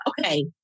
okay